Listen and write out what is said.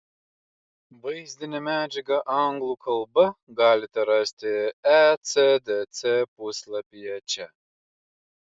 vaizdinę medžiagą anglų kalba galite rasti ecdc puslapyje čia